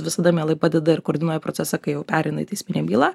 visada mielai padeda ir koordinuoja procesą kai jau pereina į teisminę bylą